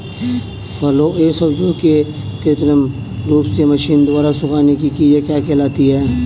फलों एवं सब्जियों के कृत्रिम रूप से मशीनों द्वारा सुखाने की क्रिया क्या कहलाती है?